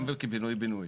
גם בפינוי בינוי.